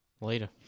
Later